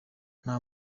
nta